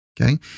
okay